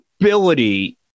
ability